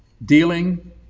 Dealing